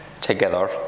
together